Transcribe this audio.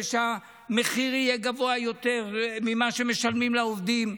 ושהמחיר יהיה גבוה יותר ממה שמשלמים לעובדים,